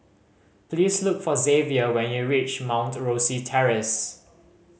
please look for Xzavier when you reach Mount Rosie Terrace